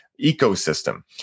ecosystem